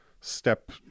step